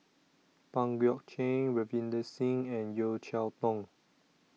Pang Guek Cheng Ravinder Singh and Yeo Cheow Tong